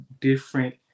different